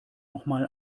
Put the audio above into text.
nochmal